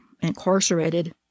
incarcerated